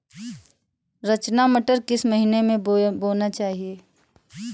रचना मटर किस महीना में बोना चाहिए?